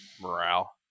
morale